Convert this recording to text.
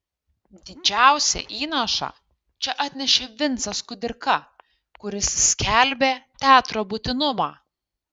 didžiausią įnašą čia atnešė vincas kudirka kuris skelbė teatro būtinumą